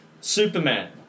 Superman